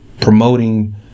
promoting